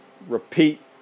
Repeat